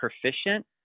proficient